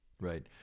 right